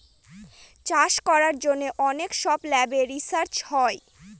চাষ করার জন্য অনেক সব ল্যাবে রিসার্চ হয়